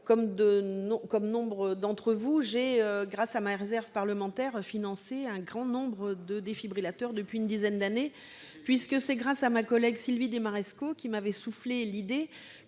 comme nombre d'entre vous, j'ai, grâce à ma réserve parlementaire, financé beaucoup de défibrillateurs depuis une dizaine d'années. C'est grâce à ma collègue Sylvie Desmarescaux, qui m'avait soufflé l'idée,